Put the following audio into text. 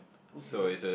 okay